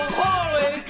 holy